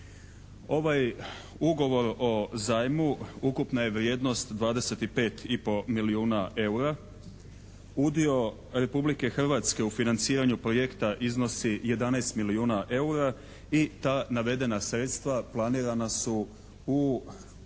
Ovaj Ugovor o zajmu ukupna je vrijednost 25,5 milijuna eura. Udio Republike Hrvatske u financiranju projekta iznosi 11 milijuna eura i ta navedena sredstva planirana su u